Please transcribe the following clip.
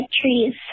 trees